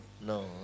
no